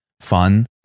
fun